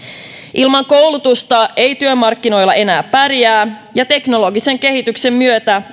ilman koulutusta ei työmarkkinoilla enää pärjää ja teknologisen kehityksen myötä